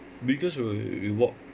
biggest reward